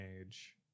age